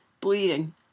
bleeding